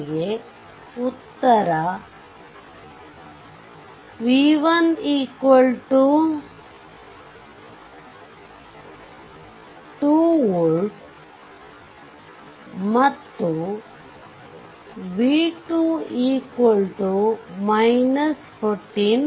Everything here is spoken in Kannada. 1 ಉತ್ತರv 1 2 volt ಮತ್ತು v2 14 volt